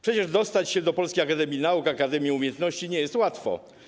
Przecież dostać się do Polskiej Akademii Nauk czy Polskiej Akademii Umiejętności nie jest łatwo.